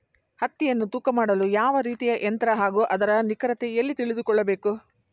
ಹತ್ತಿಯನ್ನು ತೂಕ ಮಾಡಲು ಯಾವ ರೀತಿಯ ಯಂತ್ರ ಹಾಗೂ ಅದರ ನಿಖರತೆ ಎಲ್ಲಿ ತಿಳಿದುಕೊಳ್ಳಬೇಕು?